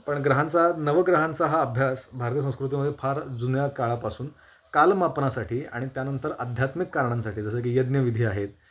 पण ग्रहांचा नवग्रहांचा हा अभ्यास भारतीय संस्कृतीमध्ये फार जुन्या काळापासून कालमापनासाठी आणि त्यानंतर आध्यात्मिक कारणांसाठी जसं की यज्ञविधी आहेत